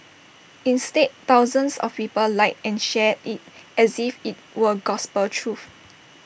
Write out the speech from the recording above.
instead thousands of people liked and shared IT as if IT were gospel truth